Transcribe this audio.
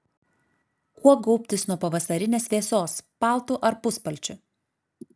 kuo gaubtis nuo pavasarinės vėsos paltu ar puspalčiu